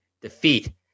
defeat